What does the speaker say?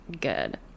good